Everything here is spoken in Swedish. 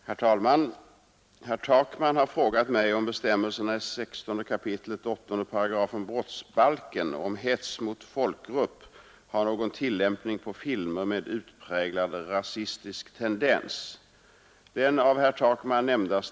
Herr talman! Herr Takman har frågat mig, om bestämmelsen i 16 kap. 8 § brottsbalken om hets mot folkgrupp har någon tillämpning på filmer med utpräglad rasistisk tendens.